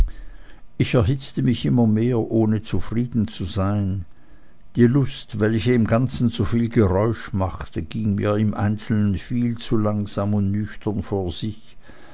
ich erhitzte mich immer mehr ohne zufrieden zu sein die lust welche im ganzen soviel geräusch machte ging mir im einzelnen viel zu langsam und nüchtern vor sich